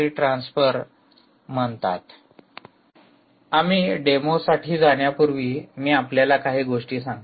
slide वेळ पहा ३१२० आम्ही डेमोसाठी जाण्यापूर्वी मी आपल्याला काही गोष्टी सांगतो